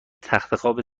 تختخواب